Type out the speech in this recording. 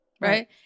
right